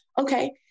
okay